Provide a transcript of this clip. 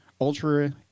Ultra